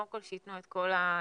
קודם כל שייתנו את כל הכספים.